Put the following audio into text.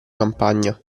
campagna